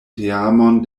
teamon